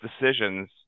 decisions